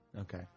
Okay